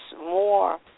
more